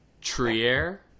Trier